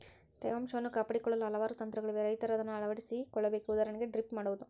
ತೇವಾಂಶವನ್ನು ಕಾಪಾಡಿಕೊಳ್ಳಲು ಹಲವಾರು ತಂತ್ರಗಳಿವೆ ರೈತರ ಅದನ್ನಾ ಅಳವಡಿಸಿ ಕೊಳ್ಳಬೇಕು ಉದಾಹರಣೆಗೆ ಡ್ರಿಪ್ ಮಾಡುವುದು